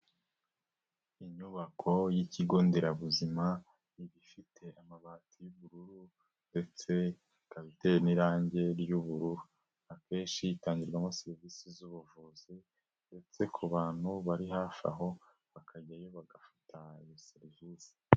Inyubako y'ikigo nderabuzima, ifite amabati y'ubururu ndetse ikaba iteye n'irangi ry'ubururu, akenshi itangirwamo serivisi z'ubuvuzi ndetse ku bantu bari hafi aho, bakajyayo bagafata iyo serivisi.